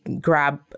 grab